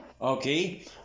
Okay